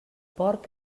porc